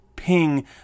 Ping